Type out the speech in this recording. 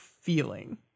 feeling